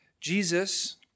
Jesus